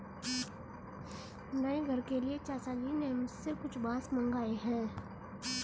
नए घर के लिए चाचा जी ने मुझसे कुछ बांस मंगाए हैं